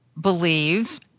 believe